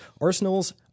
arsenals